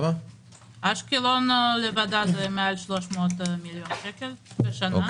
באשקלון לבדה זה מעל 300 מיליון שקל לשנה,